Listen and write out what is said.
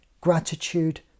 Gratitude